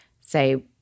say